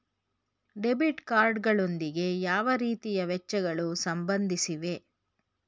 Debit card ಗಳೊಂದಿಗೆ ಯಾವ ರೀತಿಯ ವೆಚ್ಚಗಳು ಸಂಬಂಧಿಸಿವೆ?